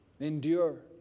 Endure